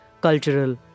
Cultural